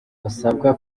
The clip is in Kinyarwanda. basabwa